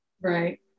Right